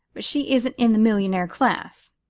but she isn't in the millionaire class,